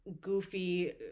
goofy